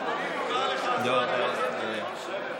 אדוני היושב-ראש, נגמר הזמן.